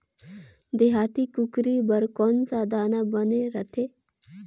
देहाती कुकरी बर कौन सा दाना बने रथे?